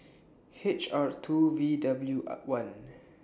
H R two V W R one